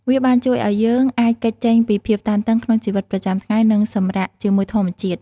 វាបានជួយឱ្យយើងអាចគេចចេញពីភាពតានតឹងក្នុងជីវិតប្រចាំថ្ងៃ និងសម្រាកជាមួយធម្មជាតិ។